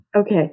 okay